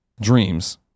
dreams